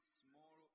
small